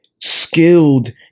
skilled